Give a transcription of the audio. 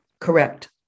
Correct